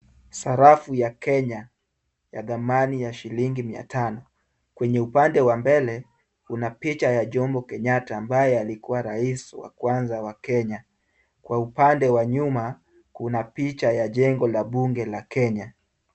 Sarafu ya Kenya ya thamani ya shilingi mia tano. Kwenye upande wa mbele kuna picha ya Jomo Kenyatta, ambaye alikuwa rais wa kwanza wa Kenya. Kwa upande wa nyuma kuna picha ya jengo la bunge la Kenya.